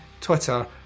Twitter